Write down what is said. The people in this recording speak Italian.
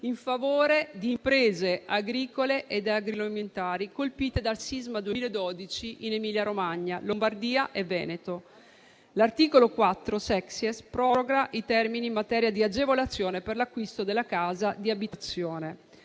in favore di imprese agricole ed agroalimentari colpite dal sisma 2012 in Emilia-Romagna, Lombardia e Veneto. L'articolo 4-*sexies* proroga i termini in materia di agevolazione per l'acquisto della casa di abitazione.